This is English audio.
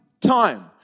time